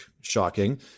shocking